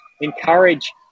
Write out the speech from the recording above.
encourage